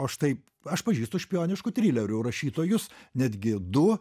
o štai aš pažįstu špijoniškų trilerių rašytojus netgi du